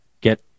get